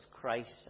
Christ